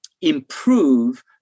improve